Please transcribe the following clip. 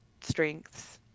strengths